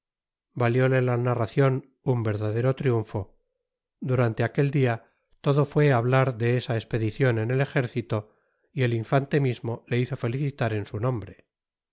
corrieran valióle la narracion un verdadero triunfo durante aquel dia todo fué hablar de esa espedicion en el ejército y el infante mismo le hizo felicitar en su nombre